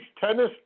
tennis